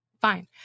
Fine